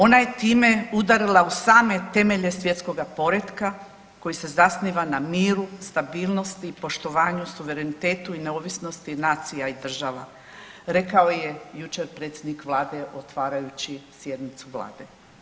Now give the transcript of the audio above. Ona je time udarila u same temelje svjetskoga poretka koji se zasniva na miru, stabilnosti, poštovanju, suverenitetu i neovisnosti nacija i država, rekao je jučer predsjednik Vlade otvarajući sjednicu Vlade.